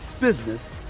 business